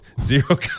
zero